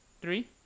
three